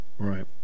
right